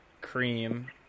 cream